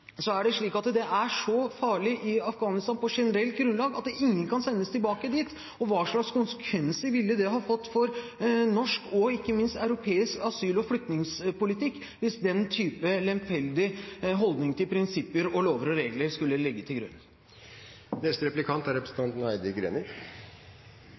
er det slik at det er så farlig i Afghanistan på generelt grunnlag at ingen kan sendes tilbake dit. Og hva slags konsekvenser ville det ha fått for norsk og ikke minst europeisk asyl- og flyktningpolitikk hvis den type lemfeldig holdning til prinsipper og lover og regler skulle legges til grunn?